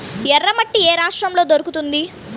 ఎర్రమట్టి ఏ రాష్ట్రంలో దొరుకుతుంది?